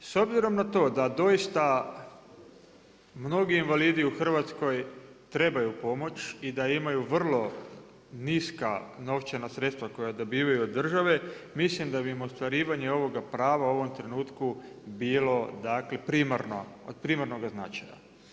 S obzirom na to da doista mnogi invalidi u Hrvatskoj trebaju pomoć i da imaju vrlo niska novčana sredstva koja dobivaju od države, mislim da bi im ostvarivanje ovoga prava u ovom trenutku bilo primarno, od primarnoga značenja.